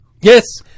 Yes